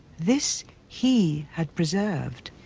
this he had preserved.